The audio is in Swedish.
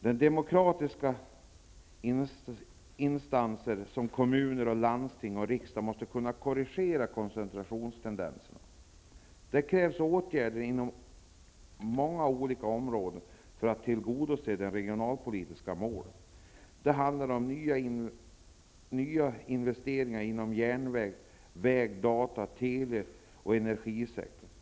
De demokratiska instanserna -- kommuner, landsting och riksdag -- måste kunna åstadkomma en korrigering beträffande koncentrationstendenserna. Det krävs åtgärder inom många olika områden för att de regionalpolitiska målen skall kunna uppnås. Det handlar om ny och reinvesteringar inom järnvägs-, väg-, data-, tele och energisektorerna.